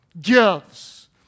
gives